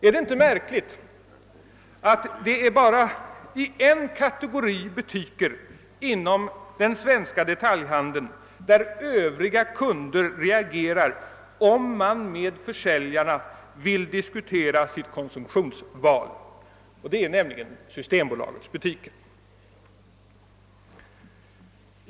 Är det inte märkligt att det är bara inom en kategori av den svenska detaljhandelns butiker som Övriga kunder reagerar, om man med försäljarna vill diskutera sitt konsumtions val? Det gäller just systembolagets butiker.